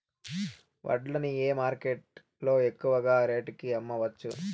వడ్లు ని ఏ మార్కెట్ లో ఎక్కువగా రేటు కి అమ్మవచ్చు?